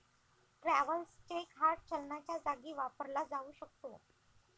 travellers cheque hard चलनाच्या जागी वापरला जाऊ शकतो